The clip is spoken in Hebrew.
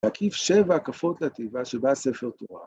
‫הקיף שבע הקפות לתיבה ‫שבה ספר תורה.